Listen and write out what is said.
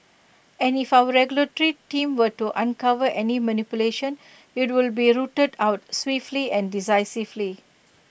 and if our regulatory team were to uncover any manipulation IT would be A rooted out swiftly and decisively